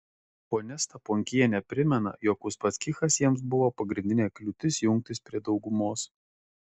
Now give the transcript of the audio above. ponia staponkienė primena jog uspaskichas jiems buvo pagrindinė kliūtis jungtis prie daugumos